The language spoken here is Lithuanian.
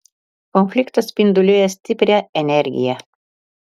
konfliktas spinduliuoja stiprią energiją